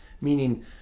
Meaning